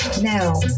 Now